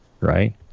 Right